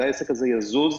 שהעסק הזה יזוז,